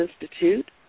Institute